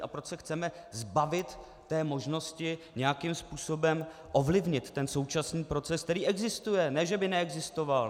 A proč se chceme zbavit té možnosti nějakým způsobem ovlivnit současný proces, který existuje, ne že by neexistoval!